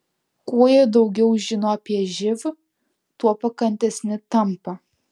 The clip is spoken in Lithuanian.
kuo jie daugiau žino apie živ tuo pakantesni tampa